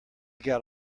got